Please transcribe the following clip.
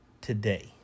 today